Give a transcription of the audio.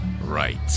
right